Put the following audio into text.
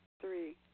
Three